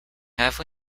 have